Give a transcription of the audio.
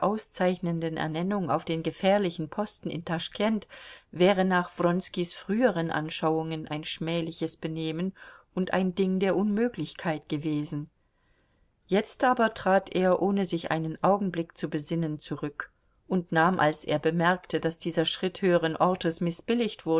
auszeichnenden ernennung auf den gefährlichen posten in taschkent wäre nach wronskis früheren anschauungen ein schmähliches benehmen und ein ding der unmöglichkeit gewesen jetzt aber trat er ohne sich einen augenblick zu besinnen zurück und nahm als er bemerkte daß dieser schritt höheren ortes mißbilligt